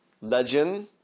legend